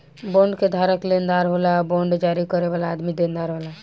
bond के धारक लेनदार होला आ बांड जारी करे वाला आदमी देनदार होला